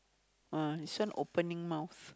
ah this one opening mouth